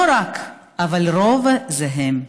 לא רק, אבל הרוב, זה הם.